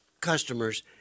customers